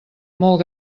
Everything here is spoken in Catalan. molt